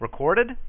recorded